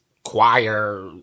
Choir